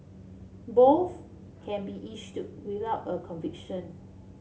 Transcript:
both can be issued without a conviction